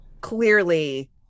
clearly